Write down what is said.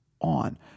on